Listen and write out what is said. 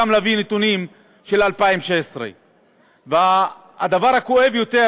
להביא גם נתונים של 2016. והדבר הכואב יותר,